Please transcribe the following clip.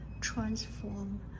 transform